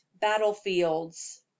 battlefields